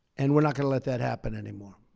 and we're not going to let that happen anymore.